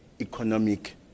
economic